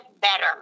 better